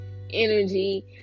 energy